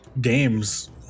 games